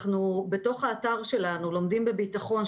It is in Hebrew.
בתוך האתר שלנו "לומדים בביטחון",